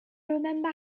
remember